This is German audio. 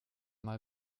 mal